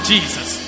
Jesus